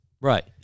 Right